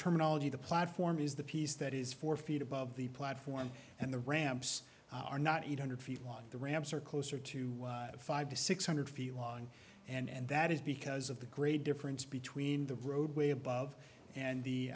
terminology the platform is the piece that is four feet above the platform and the ramps are not eight hundred feet long the ramps are closer to five to six hundred feet long and that is because of the great difference between the roadway above and the